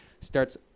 starts